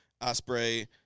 Osprey